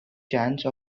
chance